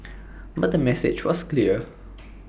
but the message was clear